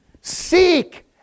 seek